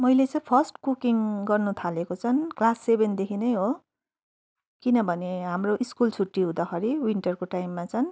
मैले चाहिँ first cooking गर्नुथालेको चाहिँ क्लास सेभेनदेखि नै हो किनभने हाम्रो स्कुल छुट्टी हुँदाखेरि विन्टरको टाइममा चाहिँ